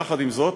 יחד עם זאת,